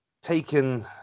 taken